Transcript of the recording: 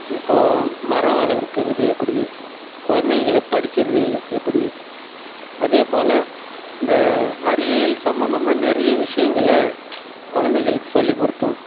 இப்போது மரம் வளர்க்குறது எப்படி குழந்தைங்கள படிக்கிறது எப்படி அதே போல இந்த அறிவியல் சம்மந்தமா நிறைய விஷயங்கள குழந்தைங்களுக்கு சொல்லிக்கொடுத்தோம்